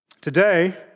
Today